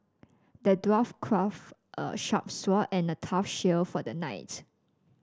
the dwarf crafted a sharp sword and a tough shield for the knight